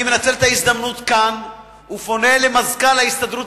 אני מנצל את ההזדמנות ופונה כאן למזכ"ל ההסתדרות,